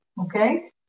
okay